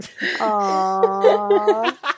Aww